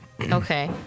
Okay